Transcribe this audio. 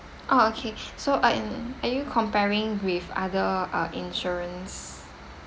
ah okay so uh err are you comparing with other uh insurance